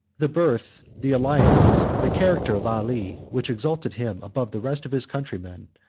the birth, the alliance, the character of ali, which exalted him above the rest of his countrymen,